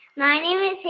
my name is